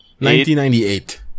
1998